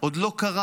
עוד לא קרה.